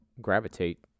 gravitate